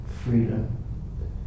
freedom